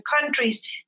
countries